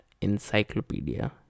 encyclopedia